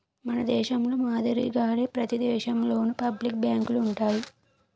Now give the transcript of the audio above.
మన దేశంలో మాదిరిగానే ప్రతి దేశంలోనూ పబ్లిక్ బ్యాంకులు ఉంటాయి